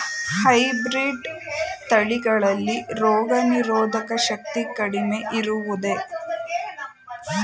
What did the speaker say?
Hybrid ತಳಿಗಳಲ್ಲಿ ರೋಗನಿರೋಧಕ ಶಕ್ತಿ ಕಡಿಮೆ ಇರುವುದೇ?